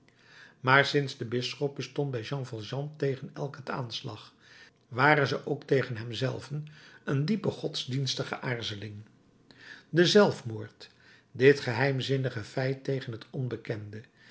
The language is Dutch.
maar sinds den bisschop bestond bij jean valjean tegen elken aanslag ware ze ook tegen hem zelven een diepe godsdienstige aarzeling de zelfmoord dit geheimzinnige feit tegen het onbekende